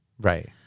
right